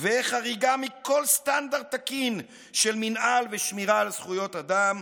וחריגה מכל סטנדרט תקין של מינהל ושמירה על זכויות אדם,